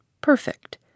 Perfect